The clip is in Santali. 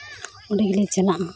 ᱚᱸᱰᱮ ᱜᱮᱞᱮ ᱪᱟᱞᱟᱜᱼᱟ